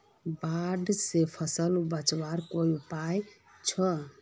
बाढ़ से फसल बचवार कोई उपाय छे?